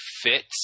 fits